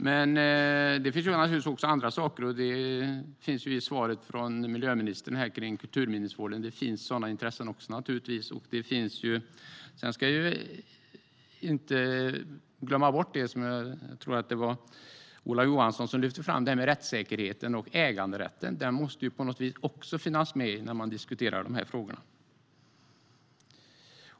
Men det finns naturligtvis andra saker, och det framgår i svaret från miljöministern om kulturminnesvården. Det finns naturligtvis sådana intressen. Vi ska inte glömma bort vad Ola Johansson lyfte fram om rättssäkerheten och äganderätten. De måste också finnas med i diskussionen om dessa frågor.